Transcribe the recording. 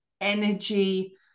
energy